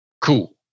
cool